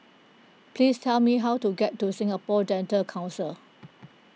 please tell me how to get to Singapore Dental Council